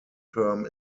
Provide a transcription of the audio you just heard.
term